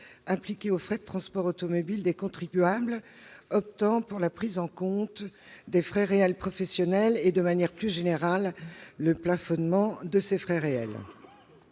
appliqué aux frais de transport automobile des contribuables optant pour la prise en compte des frais réels professionnels et, de manière plus générale, le plafonnement de ces derniers.